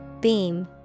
Beam